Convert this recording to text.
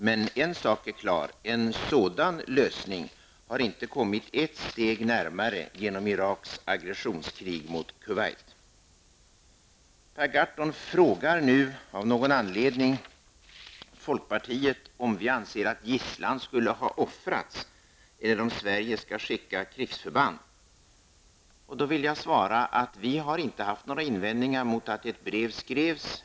Men en sak är klar: en sådan lösning har inte kommit ett steg närmare genom Iraks aggressionskrig mot Kuwait. Per Gahrton frågar nu av någon anledning folkpartiet om vi anser att gisslan skulle ha offrats eller om Sverige skall sända krigsförband till området. På det vill jag svara att vi inte har haft några invändningar mot att ett brev skrevs.